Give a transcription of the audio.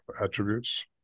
attributes